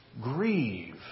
grieve